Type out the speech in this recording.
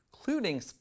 including